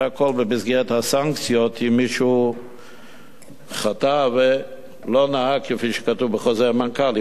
זה הכול במסגרת הסנקציות אם מישהו חטא ולא נהג כפי שכתוב בחוזר מנכ"ל,